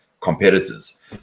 competitors